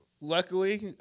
luckily